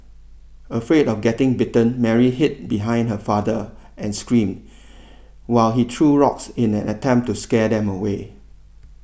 afraid of getting bitten Mary hid behind her father and screamed while he threw rocks in an attempt to scare them away